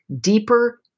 deeper